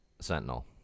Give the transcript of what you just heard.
Sentinel